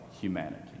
humanity